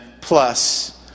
plus